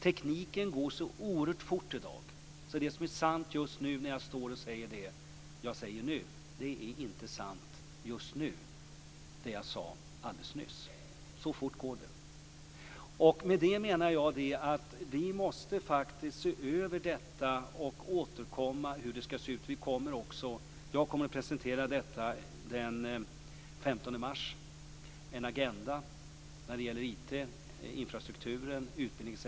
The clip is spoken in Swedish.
Teknikutvecklingen går så oerhört fort i dag, så det som är sant just nu, när jag står och säger det jag säger nu, det är inte sant just nu, det jag sade alldeles nyss. Så fort går det. Med det menar jag att vi faktiskt måste se över detta och återkomma om hur det skall se ut. Jag kommer att presentera en agenda när det gäller IT, infrastrukturen, utbildning etc.